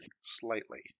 slightly